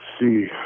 see